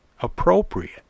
appropriate